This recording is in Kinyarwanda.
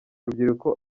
urubyiruko